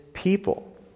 people